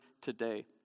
today